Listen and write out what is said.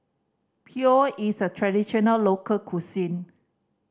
pho is a traditional local cuisine